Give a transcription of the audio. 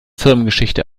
firmengeschichte